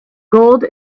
gold